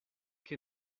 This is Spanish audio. que